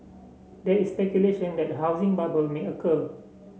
there is speculation that a housing bubble may occur